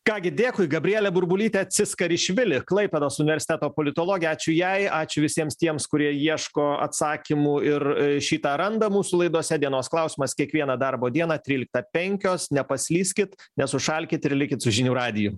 ką gi dėkui gabrielė burbulytė ciskarišvili klaipėdos universiteto politologė ačiū jai ačiū visiems tiems kurie ieško atsakymų ir šį tą randa mūsų laidose dienos klausimas kiekvieną darbo dieną tryliktą penkios nepaslyskit nesušalkit ir likit su žinių radiju